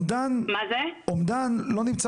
אומדן נותן